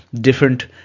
different